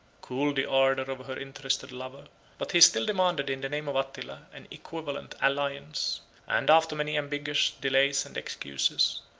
cooled the ardor of her interested lover but he still demanded, in the name of attila, an equivalent alliance and, after many ambiguous delays and excuses,